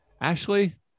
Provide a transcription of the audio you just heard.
Ashley